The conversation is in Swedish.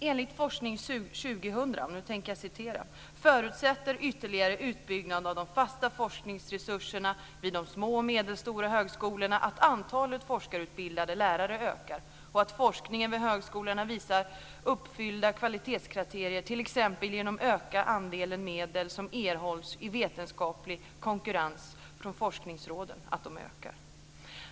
Enligt Forskning 2000 förutsätter ytterligare utbyggnad av de fasta forskningsresurserna vid de små och medelstora högskolorna att antalet forskarutbildade lärare ökar och att forskningen vid högskolorna visar sig uppfylla kvalitetskriterierna t.ex. genom att andelen medel som erhålls i vetenskaplig konkurrens från forskningsråden ökar.